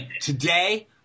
today